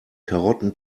karotten